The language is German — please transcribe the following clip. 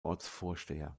ortsvorsteher